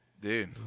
Dude